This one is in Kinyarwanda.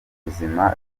ubuzima